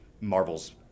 Marvel's